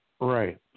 Right